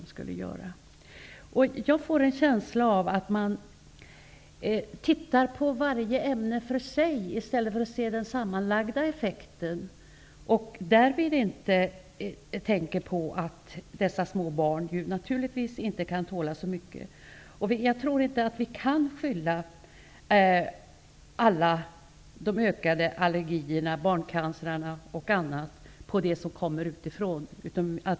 Jag får en känsla av att man tittar på varje ämne för sig i stället för att se den sammanlagda effekten. Jag tänker på att små barn inte kan tåla så mycket. Jag tror inte vi kan skylla de ökade allergierna, barncancer och annat på det som kommer utifrån.